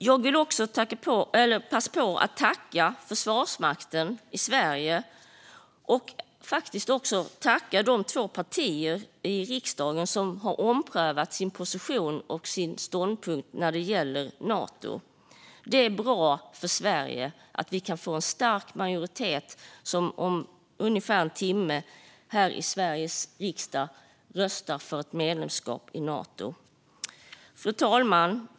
Jag vill också passa på att tacka Försvarsmakten i Sverige och faktiskt också de två partier i riksdagen som har omprövat sin position och sin ståndpunkt när det gäller Nato. Det är bra för Sverige att vi kan få en stark majoritet som om ungefär en timme här i Sveriges riksdag kommer att rösta för ett medlemskap i Nato. Fru talman!